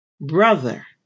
brother